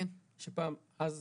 שאז